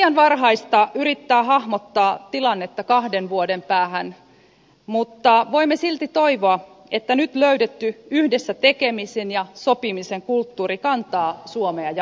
on liian varhaista yrittää hahmottaa tilannetta kahden vuoden päähän mutta voimme silti toivoa että nyt löydetty yhdessä tekemisen ja sopimisen kulttuuri kantaa suomea jatkossakin